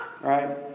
right